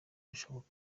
rushoboka